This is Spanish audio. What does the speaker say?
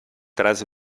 tras